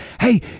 hey